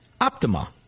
Optima